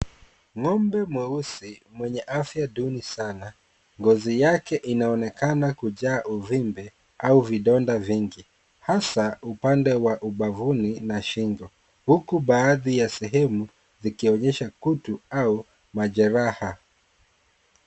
Ng'ombe mweusi mwenye afya duni sana. Ngozi yake inaonekana kujaa uvimbe au vidonda vingi hasa upande wa ubavuni na shingo. Huku baadhi ya sehemu zikionyesha kutu au majeraha.